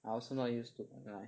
I also not used to online